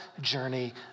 journey